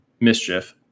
Mischief